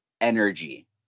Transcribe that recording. energy